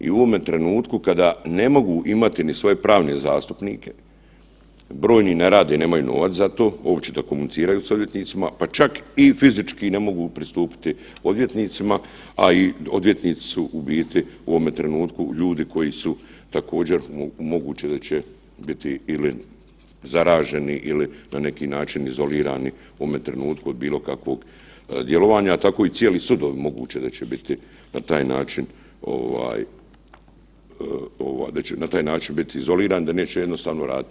I u ovome trenutku kada ne mogu imati ni svoje pravne zastupnike, brojni ne rade, nemaju novac za to uopće da komuniciraju sa odvjetnicima, pa čak i fizički ne mogu pristupiti odvjetnicima, a i odvjetnici su u biti u ovome trenutku ljudi koji su također moguće da će biti ili zaraženi ili na neki način izolirani u ovome trenutku od bilo kakvog djelovanja, a tako i cijeli sudovi moguće da će biti na taj način ovaj, da će na taj način biti izolirani da neće jednostavno raditi.